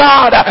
God